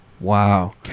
Wow